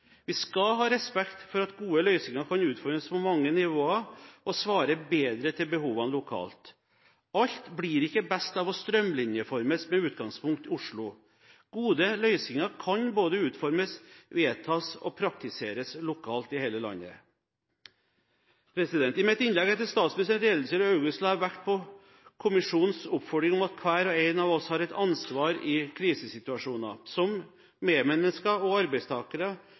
Vi skal ha respekt for at gode løsninger kan utformes på mange nivåer og svare bedre til behovene lokalt. Alt blir ikke best av å strømlinjeformes med Oslo som utgangspunkt. Gode løsninger kan både utformes, vedtas og praktiseres lokalt i hele landet. I mitt innlegg etter statsministerens redegjørelse i august la jeg vekt på kommisjonens oppfordring om at hver og en av oss har et ansvar i krisesituasjoner – som medmennesker og arbeidstakere,